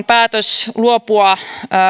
päätös luopua